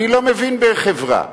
אני לא מבין בחברה.